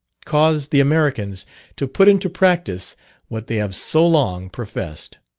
cause the americans to put into practice what they have so long professed.